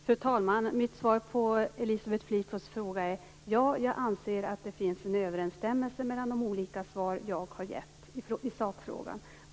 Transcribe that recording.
Fru talman! Mitt svar på Elisabeth Fleetwoods fråga är: Ja, jag anser att det finns en överensstämmelse mellan de olika svar som jag har gett i sakfrågan.